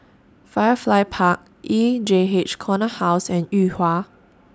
Firefly Park E J H Corner House and Yuhua